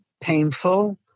painful